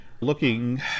looking